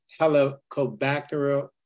Helicobacter